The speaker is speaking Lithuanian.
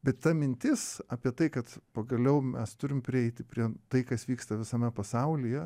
bet ta mintis apie tai kad pagaliau mes turim prieiti prie tai kas vyksta visame pasaulyje